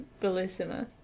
Bellissima